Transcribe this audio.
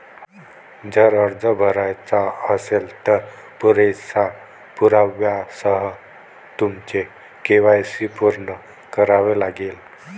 जर अर्ज भरायचा असेल, तर पुरेशा पुराव्यासह तुमचे के.वाय.सी पूर्ण करावे लागेल